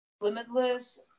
Limitless